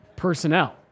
personnel